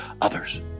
Others